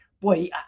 boy